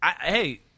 hey